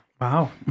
Wow